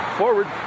forward